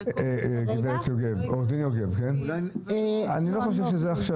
גב' יוגב, אני לא חושב שזה עכשיו